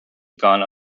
gone